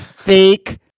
fake